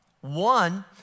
One